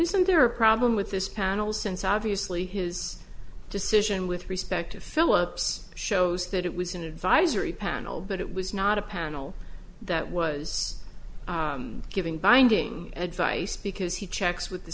isn't there a problem with this panel since obviously his decision with respect to philips shows that it was an advisory panel but it was not a panel that was giving binding advice because he checks with the